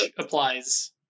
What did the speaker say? applies